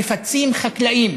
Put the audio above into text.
מפצים חקלאים